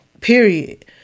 period